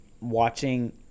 watching